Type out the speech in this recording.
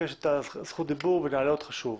תבקש את זכות הדיבור ונעלה אותך שוב.